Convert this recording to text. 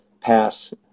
pass